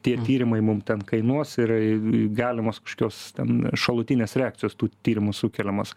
tie tyrimai mum ten kainuos ir galimos kažkokios ten šalutinės reakcijos tų tyrimų sukeliamos